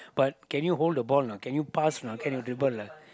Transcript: but can you hold the ball a not can you pass a not can you dribble lah